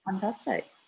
fantastic